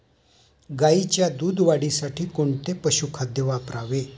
गाईच्या दूध वाढीसाठी कोणते पशुखाद्य वापरावे?